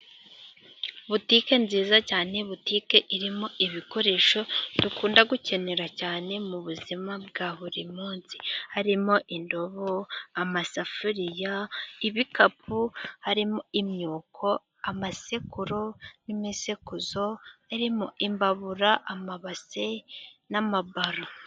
Butike nziza cyane, butike irimo ibikoresho dukunda gukenera cyane, mu buzima bwa buri munsi, harimo indobo amasafuriya ibikapu, harimo imyuko amasekuru, n'imisekuzo irimo imbabura amabase n'amabaro.